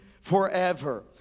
forever